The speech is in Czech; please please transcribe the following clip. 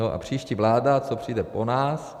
A příští vláda, co přijde po nás...